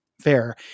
fair